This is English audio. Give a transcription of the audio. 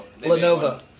Lenovo